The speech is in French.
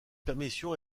permission